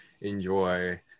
enjoy